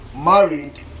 married